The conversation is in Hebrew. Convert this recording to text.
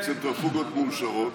עם צנטריפוגות מועשרות,